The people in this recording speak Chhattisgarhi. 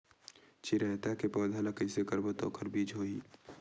चिरैता के पौधा ल कइसे करबो त ओखर बीज होई?